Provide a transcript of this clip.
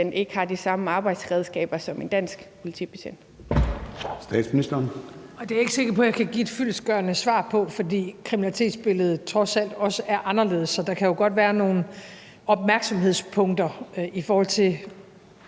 ikke har de samme arbejdsredskaber som en dansk politibetjent?